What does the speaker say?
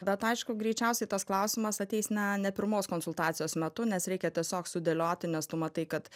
bet aišku greičiausiai tas klausimas ateis na ne pirmos konsultacijos metu nes reikia tiesiog sudėlioti nes tu matai kad